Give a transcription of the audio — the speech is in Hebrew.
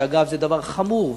שאגב זה דבר חמור,